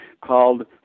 called